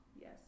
Yes